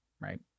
right